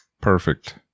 perfect